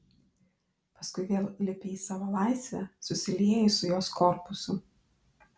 paskui vėl lipi į savo laivę susilieji su jos korpusu